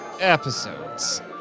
episodes